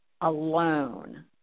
alone